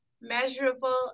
measurable